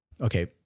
okay